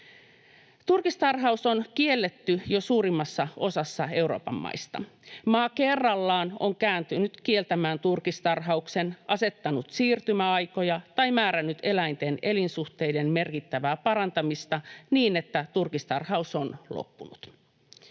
Turkistarhaus on kielletty jo suurimmassa osassa Euroopan maita. Maa kerrallaan on kääntynyt kieltämään turkistarhauksen, asettanut siirtymäaikoja tai määrännyt eläinten elinsuhteiden merkittävää parantamista niin että turkistarhaus on loppunut.